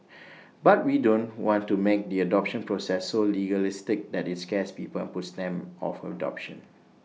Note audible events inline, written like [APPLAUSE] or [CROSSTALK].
[NOISE] but we don't want to make the adoption process so legalistic that IT scares people and puts them off adoption